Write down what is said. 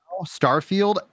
Starfield